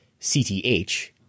CTH